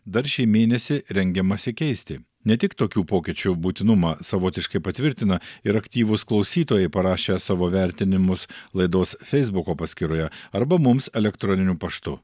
dar šį mėnesį rengiamasi keisti ne tik tokių pokyčių būtinumą savotiškai patvirtina ir aktyvūs klausytojai parašę savo vertinimus laidos feisbuko paskyroje arba mums elektroniniu paštu